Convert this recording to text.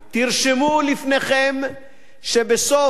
תרשמו לפניכם שבסוף,